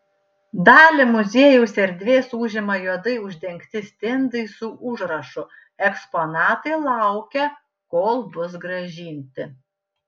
dalį muziejaus erdvės užima juodai uždengti stendai su užrašu eksponatai laukia kol bus grąžinti